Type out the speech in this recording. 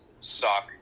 suck